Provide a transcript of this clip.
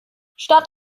statt